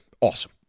awesome